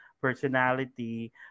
personality